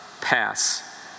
pass